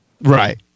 Right